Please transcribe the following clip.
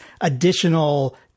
additional